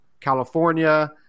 california